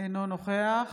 אינו נוכח